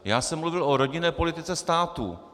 Já jsem mluvil o rodinné politice státu.